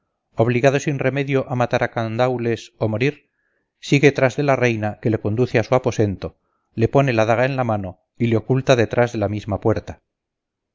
obligado sin remedio a matar a candaules o morir sigue tras de la reina que le conduce a su aposento le pone la daga en la mano y le oculta detrás de la misma puerta